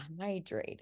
hydrated